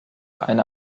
eine